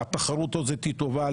והתחרות הזאת היא טובה,